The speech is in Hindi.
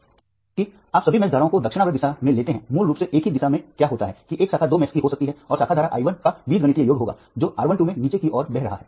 क्योंकि आप सभी मेष धाराओं को दक्षिणावर्त दिशा में लेते हैं मूल रूप से एक ही दिशा में क्या होता है कि एक शाखा दो मेष की हो सकती है और शाखा धारा i 1 का बीजगणितीय योग होगा जो R 1 2 में नीचे की ओर बह रहा है